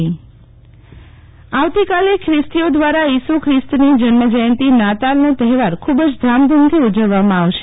Sheetal Vaishnav Christmas આવતીકાલે ખ્રિસ્તીઓ દ્વારા ઇસુ ખ્રિસ્તની જન્જયંતિ નાતાલનો તહેવાર ખૂબ જ ધામધૂમથી ઉજવવામાં આવશે